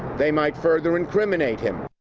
they might further incriminate him.